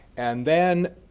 and then